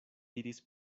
diris